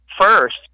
first